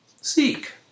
Seek